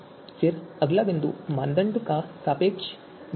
फिर अगला बिंदु मानदंड का सापेक्ष महत्व है